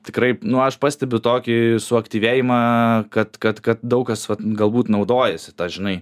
tikrai nu aš pastebiu tokį suaktyvėjimą kad kad kad daug kas galbūt naudojasi ta žinai